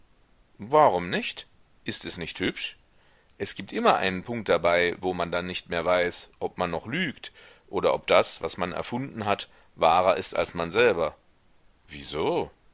warum nicht ist es nicht hübsch es gibt immer einen punkt dabei wo man dann nicht mehr weiß ob man noch lügt oder ob das was man erfunden hat wahrer ist als man selber wieso